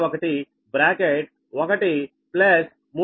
01బ్రాకెట్ 1 plus 3